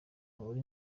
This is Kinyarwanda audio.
nturi